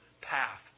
path